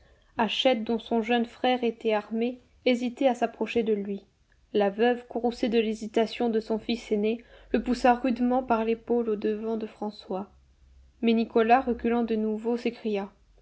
hachette dont son jeune frère était armé hésitait à s'approcher de lui la veuve courroucée de l'hésitation de son fils aîné le poussa rudement par l'épaule au-devant de françois mais nicolas reculant de nouveau